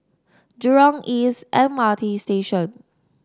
Jurong East M R T Station